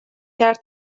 کرد